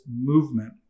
movement